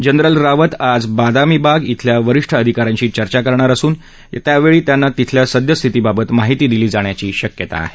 general Rawat आज बदामीबाग इथल्या वरिष्ठ अधिकाऱ्यांशी चर्चा करणार असून त्यावेळी त्यांना तिथल्या सद्यस्थितीबाबत माहिती दिली जाण्याची शक्यता आहे